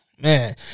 man